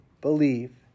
believe